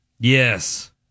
Yes